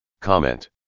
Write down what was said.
Comment